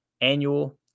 annual